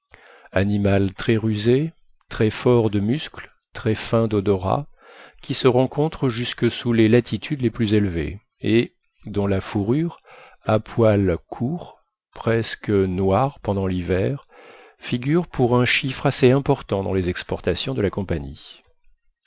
animal très rusé très fort de muscles très fin d'odorat qui se rencontre jusque sous les latitudes les plus élevées et dont la fourrure à poils courts presque noire pendant l'hiver figure pour un chiffre assez important dans les exportations de la compagnie